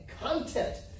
content